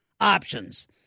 options